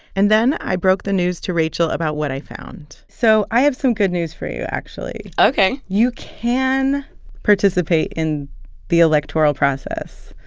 and then i broke the news to rachel about what i found so i have some good news for you, actually ok you can participate in the electoral process.